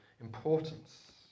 importance